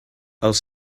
els